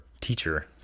teacher